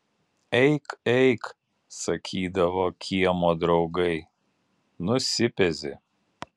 eik eik sakydavo kiemo draugai nusipezi